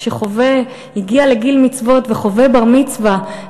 שהגיע לגיל מצוות וחווה בר-מצווה,